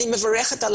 עובד.